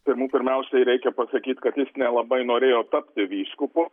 pirmų pirmiausiai reikia pasakyt kad jis nelabai norėjo tapti vyskupu